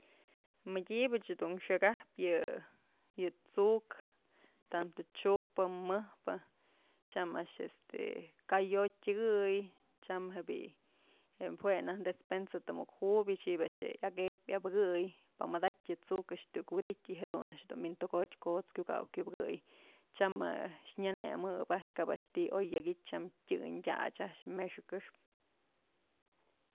Mëdyëbëch dun xëkajpyë yë, yë t'suk tanto chukpë mëjpë tyam a'ax este ka'ayotyë tyëkëytyam je'e bi'i je'e jue naj despensa të muk jubyë xi'ibë a'ax je'e akëb yabëkëy pamadatyë t'suk a'ax të iuk widytyë y jadun a'ax dun mi'in tëkotyë ko'ts kyukaw kyubëkëy tyam je'e nyënëmëp a'axë kab a'ax ti'i oy yakytyë tyam tyëñ tyach a'ax mëxë këxpë.